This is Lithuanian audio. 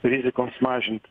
rizikoms mažint